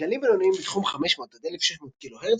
גלים בינוניים בתחום 1600 - 500 קילו הרץ,